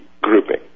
grouping